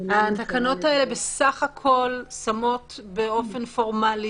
התקנות האלה בסך הכול שמות באופן פורמלי